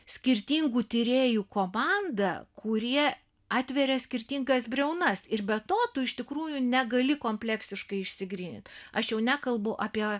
skirtingų tyrėjų komandą kurie atveria skirtingas briaunas ir be to tu iš tikrųjų negali kompleksiškai išsigrynint aš jau nekalbu apie